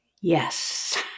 Yes